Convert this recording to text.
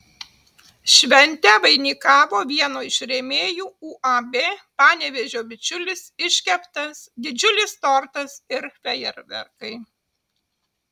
šventę vainikavo vieno iš rėmėjų uab panevėžio bičiulis iškeptas didžiulis tortas ir fejerverkai